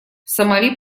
сомали